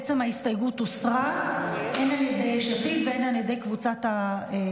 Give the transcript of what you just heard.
בעצם ההסתייגות הוסרה הן על ידי יש עתיד והן על ידי קבוצת העבודה.